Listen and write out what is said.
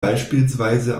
beispielsweise